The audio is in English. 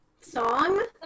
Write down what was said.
Song